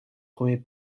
premiers